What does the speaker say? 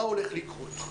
מה הולך לקרות?